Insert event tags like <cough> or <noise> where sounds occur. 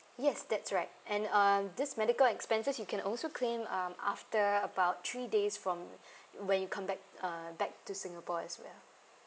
yes that's right and uh this medical expenses you can also claim um after about three days from <breath> when you come back uh back to singapore as well